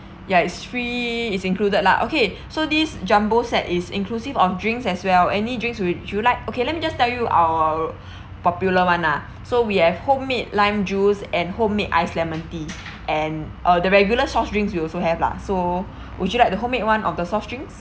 ya it's free is included lah okay so this jumbo set is inclusive of drinks as well any drinks would you like okay let me just tell you our popular [one] ah so we have homemade lime juice and homemade ice lemon tea and uh the regular soft drinks we also have lah so would you like the homemade [one] or the soft drinks